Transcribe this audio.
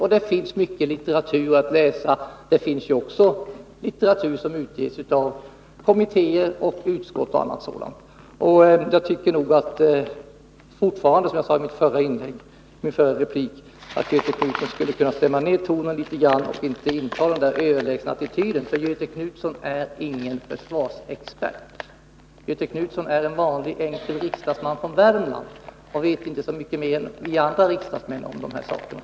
Det finns vidare mycken litteratur att läsa — även litteratur som utges av kommittéer, utskott o. d. Jag tycker fortfarande — som jag sade i min förra replik — att Göthe Knutson skulle stämma ned tonen litet grand och inte inta den där överlägsna attityden, för Göthe Knutson är ingen försvarsexpert. Göthe Knutson är en vanlig enkel riksdagsman från Värmland och vet inte så mycket mer än vi andra riksdagsmän om de här sakerna.